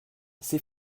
c’est